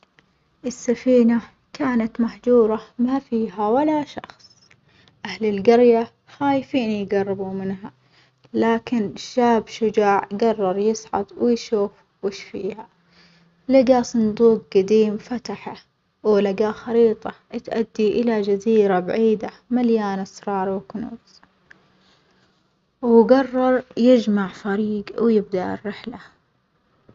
السفينة كانت مهجورة ما فيها ولا شخص أهل الجرية خايفين يجربوا منها، لكن شاب شجاع جرر يصعد ويشوف ويش فيها، لجى صندوج جديم فتحه ولجى خريطة تأدي إلى جزيرة بعيدة مليانة أسرار وكنوز، وجرر يجمع فريج ويبدأ الرحلة.